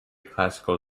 classical